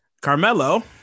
Carmelo